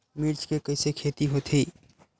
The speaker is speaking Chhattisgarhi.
मिर्च के कइसे खेती होथे?